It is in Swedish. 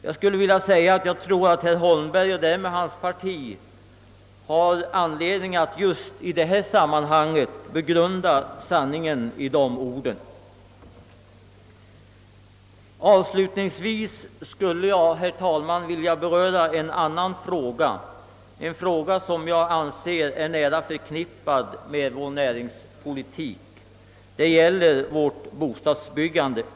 Jag skulle vilja säga att herr Holmberg och hans parti har anledning att just i detta sammanhang begrunda sanningen i de orden. Avslutningsvis skulle jag, herr talman, vilja beröra en annan fråga som jag anser vara nära förknippad med vår näringspolitik, nämligen bostadsbyggandet.